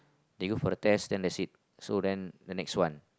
they go for the test then that's it so then the next one